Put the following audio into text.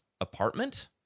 apartment